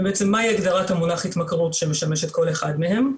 הם מהי הגדרת המונח התמכרות שמשמש את כל אחד מהם,